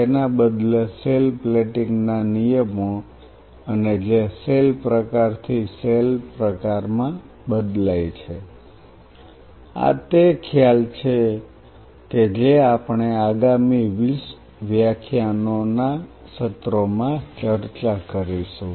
તેના બદલે cell plating ના નિયમો અને જે સેલ પ્રકારથી સેલ પ્રકારમાં બદલાય છે આ તે ખ્યાલ છે કે જે આપણે આગામી 20 વ્યાખ્યાનો ના સત્રોમાં ચર્ચા કરીશું